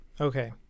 Okay